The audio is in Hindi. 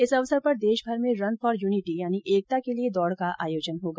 इस अवसर पर देशभर में रन फोर यूनिटी यानि एकता के लिये दौड का आयोजन किया जायेगा